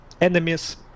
enemies